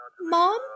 mom